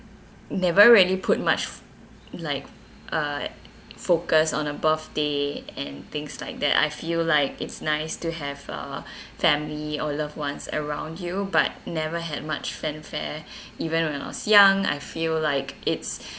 never really put much like uh focus on a birthday and things like that I feel like it's nice to have a family or loved ones around you but never had much fanfare even when I was young I feel like it's